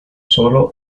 solo